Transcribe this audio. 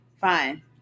fine